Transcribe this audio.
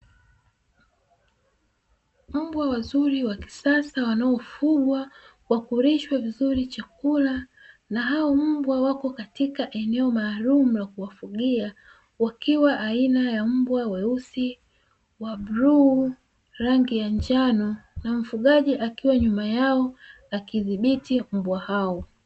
Mbwa wazuri wa kisasa wanaofungwa kwa kulishwa vizuri chakula, na hao mbwa wako katika eneo maalum la kuwafugia wakiwa aina ya mbwa weusi wa bluu, rangi ya njano na mfugaji akiwa nyuma yao, akidhibiti mbwa hao.